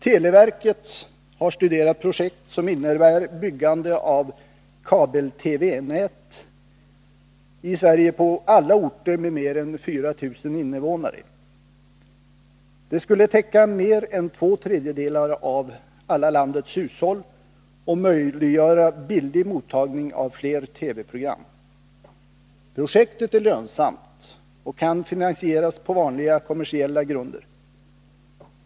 Televerket har studerat projekt som innebär byggande av kabel-TV-nät i Sverige på alla orter med mer än 4 000 invånare. Det skulle täcka mer än två tredjedelar av alla landets hushåll och möjiggöra billig mottagning av fler TV-program. Projektet är lönsamt och kan finansieras på vanliga kommersiella grunder.